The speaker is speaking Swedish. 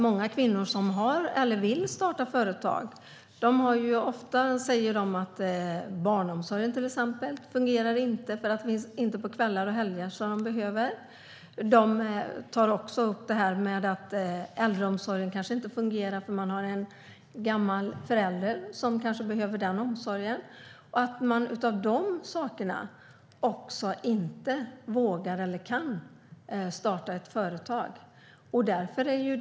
Många kvinnor som har startat företag eller vill göra det säger att barnomsorgen inte fungerar i och med att den inte finns på kvällar och helger, vilket man kan behöva. De tar också ofta upp att äldreomsorgen kanske inte fungerar om man har en gammal förälder som behöver den. Av de anledningarna vågar eller kan man inte starta företag.